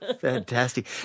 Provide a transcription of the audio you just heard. Fantastic